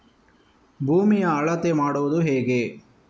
ಭೂಮಿಯ ಅಳತೆ ಮಾಡುವುದು ಹೇಗೆ?